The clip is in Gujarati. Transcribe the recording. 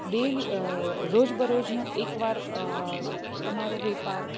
દિન રોજબરોજનું એક વાર તમારો વેપાર